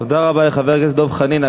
תודה רבה לחבר הכנסת דב חנין.